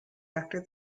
after